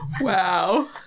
Wow